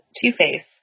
Two-Face